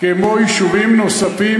כמו יישובים נוספים,